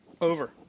Over